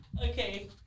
okay